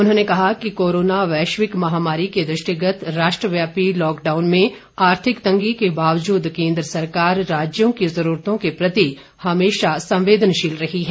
उन्होंने कहा कि कोरोना वैश्विक महामारी के दृष्टिगत राष्ट्रव्यापी लॉकडाउन में आर्थिक तंगी के बावजूद केन्द्र सरकार राज्य की जरूरतों के प्रति हमेशा संवेदनशील रही है